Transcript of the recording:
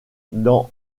dans